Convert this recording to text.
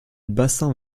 bassin